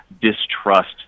distrust